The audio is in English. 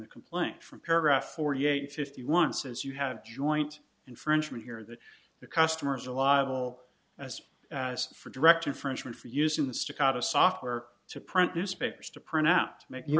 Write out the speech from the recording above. the complaint from paragraph forty eight fifty one says you have joint infringement here that the customers are liable as for direct infringement for using the staccato software to print newspapers to print out to make you